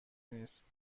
نیست